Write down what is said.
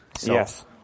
Yes